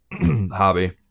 hobby